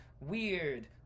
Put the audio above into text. weird